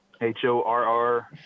H-O-R-R